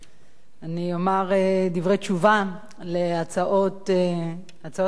אני אומר דברי תשובה להצעות לסדר-היום